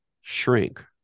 shrink